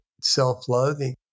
self-loathing